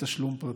בתשלום פרטי.